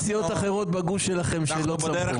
יש סיעות אחרות בגוש שלכם שלא עברו.